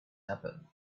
happen